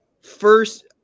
First